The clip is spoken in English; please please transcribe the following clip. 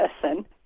person